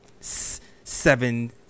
seven